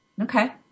Okay